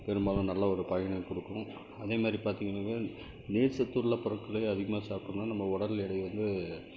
பெரும்பாலும் நல்ல ஒரு பயனை கொடுக்கும் அதே மாதிரி பார்த்தீங்கன்னாக்கா நீர்ச்சத்து உள்ள பொருட்களை அதிகமாக சாப்பிட்டோம்னா நம்ம உடல் எடை வந்து